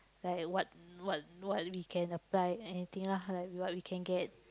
like what what what we can apply anything lah like what we can get